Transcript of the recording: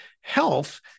Health